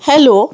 hello